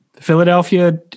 Philadelphia